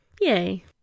Yay